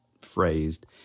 phrased